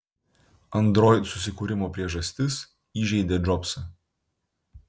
android susikūrimo priežastis įžeidė džobsą